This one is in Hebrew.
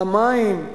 המים,